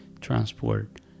transport